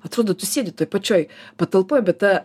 atrodo tu sėdi toj pačioj patalpoj ta